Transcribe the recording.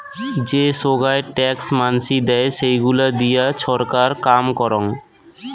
যে সোগায় ট্যাক্স মানসি দেয়, সেইগুলা দিয়ে ছরকার কাম করং